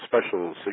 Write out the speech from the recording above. special